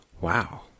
Wow